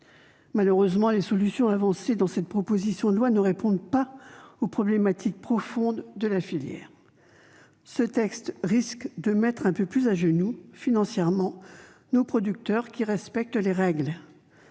Malheureusement, les solutions avancées dans cette proposition de loi ne répondent pas aux problématiques profondes de la filière. Ce texte risque de mettre un peu plus à genoux financièrement nos producteurs qui respectent les règles.